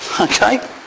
Okay